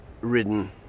ridden